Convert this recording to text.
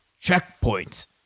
checkpoint